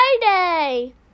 Friday